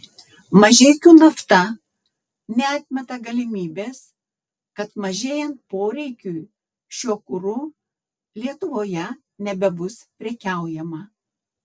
mažeikių nafta neatmeta galimybės kad mažėjant poreikiui šiuo kuru lietuvoje nebebus prekiaujama